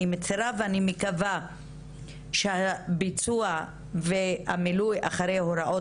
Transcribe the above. אני מצרה ואני מקווה שהביצוע והמילוי אחרי הוראות